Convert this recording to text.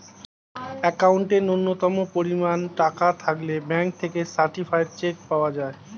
অ্যাকাউন্টে ন্যূনতম পরিমাণ টাকা থাকলে ব্যাঙ্ক থেকে সার্টিফায়েড চেক পাওয়া যায়